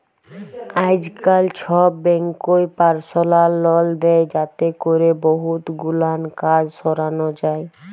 আইজকাল ছব ব্যাংকই পারসলাল লল দেই যাতে ক্যরে বহুত গুলান কাজ সরানো যায়